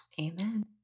Amen